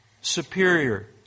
Superior